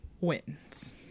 wins